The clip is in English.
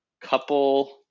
couple